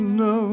no